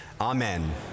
Amen